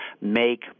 make